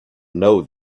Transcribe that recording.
know